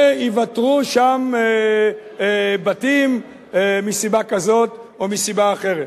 וייוותרו שם בתים מסיבה כזאת או מסיבה אחרת.